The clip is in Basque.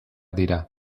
dira